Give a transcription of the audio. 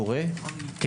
החדש.